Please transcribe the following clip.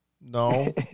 no